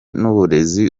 n’uburezi